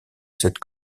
cette